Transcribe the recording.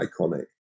iconic